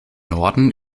norden